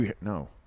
No